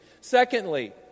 Secondly